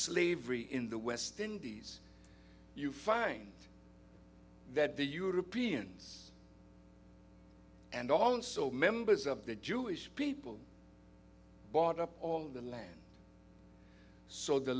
slavery in the west indies you find that the europeans and also members of the jewish people bought up all the land so the